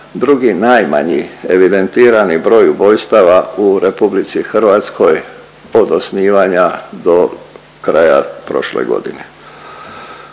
drugi najmanji evidentirani broj ubojstava u RH od osnivanja do kraja prošle godine.